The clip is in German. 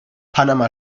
panama